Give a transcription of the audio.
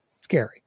scary